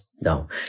no